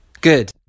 Good